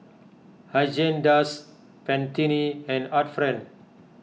Haagen Dazs Pantene and Art Friend